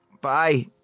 bye